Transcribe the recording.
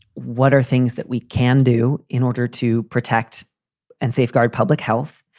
what are things that we can do in order to protect and safeguard public health.